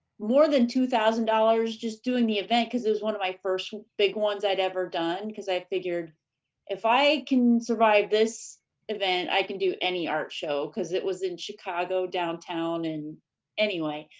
more than two thousand dollars just doing the event cause it was one of my first big ones i'd ever done cause i figured if i can survive this event, i can do any art show cause it was in chicago downtown. and anyway,